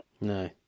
No